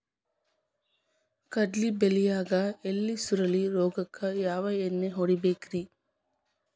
ಕಡ್ಲಿ ಬೆಳಿಯಾಗ ಎಲಿ ಸುರುಳಿ ರೋಗಕ್ಕ ಯಾವ ಎಣ್ಣಿ ಹೊಡಿಬೇಕ್ರೇ?